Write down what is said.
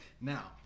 Now